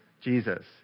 Jesus